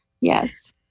yes